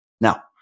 Now